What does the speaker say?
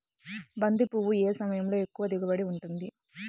బంతి పువ్వు ఏ సమయంలో ఎక్కువ దిగుబడి ఉంటుంది?